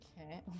Okay